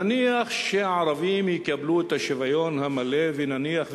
נניח שהערבים יקבלו את השוויון המלא ונניח ונניח.